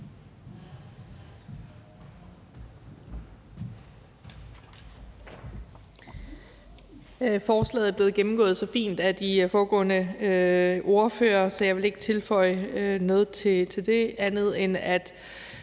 Forslaget er blevet gennemgået så fint af de foregående ordførere, så jeg vil ikke tilføje noget til det, andet end at